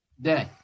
day